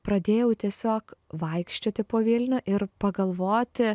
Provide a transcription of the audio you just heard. pradėjau tiesiog vaikščioti po vilnių ir pagalvoti